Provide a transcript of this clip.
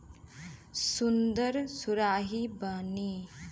सुन्दर सुराही बनी